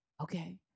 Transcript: Okay